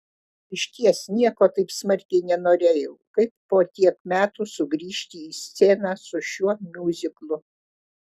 išties nieko taip smarkiai nenorėjau kaip po tiek metų sugrįžti į sceną su šiuo miuziklu